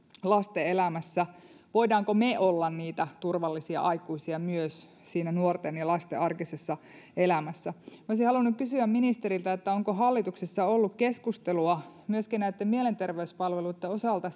lasten elämässä voimmeko me olla niitä turvallisia aikuisia siinä nuorten ja lasten arkisessa elämässä olisin halunnut kysyä ministeriltä onko hallituksessa ollut keskustelua myöskin näitten mielenterveyspalveluitten osalta